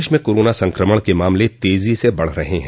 प्रदेश में कोरोना संकमण के मामले तेजी से बढ़ रहे हैं